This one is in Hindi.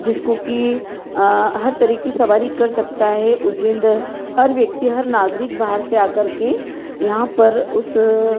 जिसको कि हर तरह की सवारी कर सकता है उज्जैन दर हर व्यक्ति हर नागरिक बाहर से आकर के यहाँ पर उस